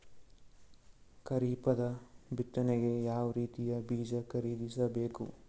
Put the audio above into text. ಖರೀಪದ ಬಿತ್ತನೆಗೆ ಯಾವ್ ರೀತಿಯ ಬೀಜ ಖರೀದಿಸ ಬೇಕು?